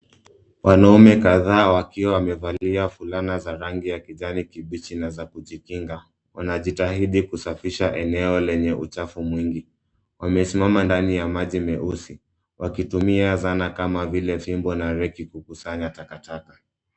Wanaume kadhaa wakiwa wamavelia fulana za rangi ya kijani kibichi na za kujikinga. Wanajitahidi kusafisha eneo lenye uchafu mwingi. Wamesimama ndani ya maji meusi wakitumia zana kama vile fimbo na reki kukusanya takataka.